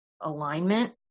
alignment